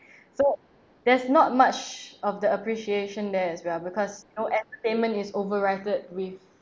so there's not much of the appreciation there as well because you know entertainment is overrided with